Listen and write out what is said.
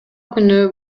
күнү